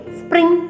spring